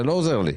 זה לא עוזר לי.